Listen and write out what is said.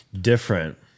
different